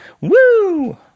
Woo